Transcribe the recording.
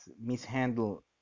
mishandle